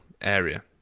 area